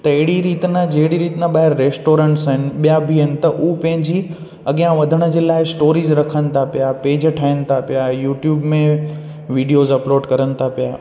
त अहिड़ी रीति न जहिड़ी रीति न ॿाहिरि रेस्टोरेंट्स आहिनि ॿिया बि आहिनि त उहा पंहिंजी अॻियां वधण जे लाइ स्टॉरीस रखनि था पिया पेज ठाहिनि था पिया यूट्यूब में वीडियोस अपलोड करनि था पिया